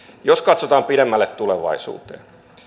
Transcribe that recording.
jos katsotaan pidemmälle tulevaisuuteen